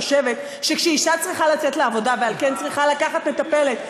חושבת שכשאישה צריכה לצאת לעבודה ועל כן צריכה לקחת מטפלת,